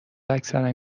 اکثرا